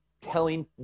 telling